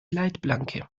leitplanke